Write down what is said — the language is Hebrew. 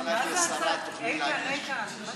אנחנו נצביע נגד וזה יהיה חבל.